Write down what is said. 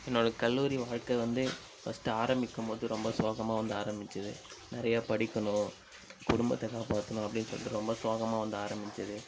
என்னோட கல்லூரி வாழ்க்கை வந்து ஃபர்ஸ்ட்டு ஆரமிக்கும்போது ரொம்ப சோகமாக வந்து ஆரமிச்சது நிறைய படிக்கணும் குடும்பத்தை காப்பாற்றணும் அப்படின்னு சொல்லிட்டு ரொம்ப சோகமாக வந்து ஆரமிச்சது